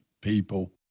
people